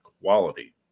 quality